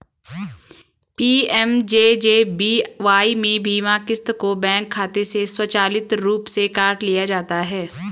PMJJBY में बीमा क़िस्त को बैंक खाते से स्वचालित रूप से काट लिया जाता है